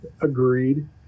agreed